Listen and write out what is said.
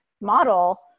model